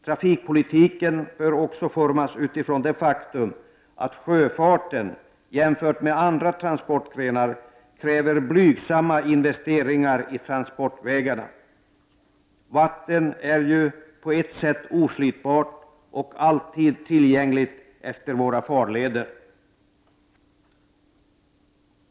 Trafikpolitiken bör också formas utifrån det faktum att sjöfarten jämfört med andra transportgrenar kräver blygsamma investeringar i transportvägarna. Vatten är ju på ett sätt oslitbart och alltid tillgängligt längs våra farleder.